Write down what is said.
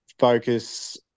Focus